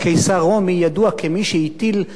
ידוע כמי שהטיל מס